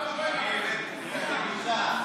לפעמים אני מקבל את התשובה,